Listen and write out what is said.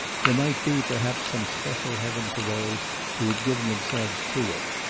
there might be, perhaps, some special heaven for those who had given themselves to it,